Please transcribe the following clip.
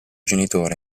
genitori